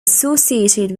associated